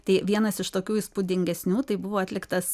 tai vienas iš tokių įspūdingesnių tai buvo atliktas